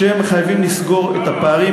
והיא יצרה את הפער,